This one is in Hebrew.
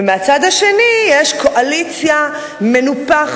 ומהצד השני יש קואליציה מנופחת,